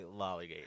lollygate